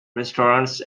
restaurants